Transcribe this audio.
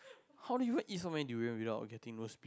how do you went eat somewhere durian without of getting lost